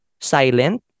silent